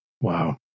Wow